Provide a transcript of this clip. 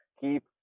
keep